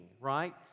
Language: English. right